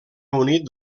unit